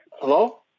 Hello